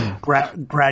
grad